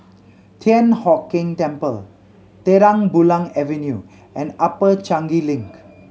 Thian Hock Keng Temple Terang Bulan Avenue and Upper Changi Link